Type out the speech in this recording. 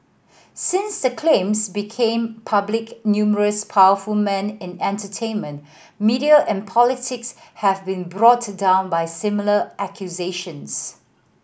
since the claims became public numerous powerful men in entertainment media and politics have been brought down by similar accusations